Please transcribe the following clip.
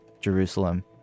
Jerusalem